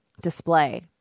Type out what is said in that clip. display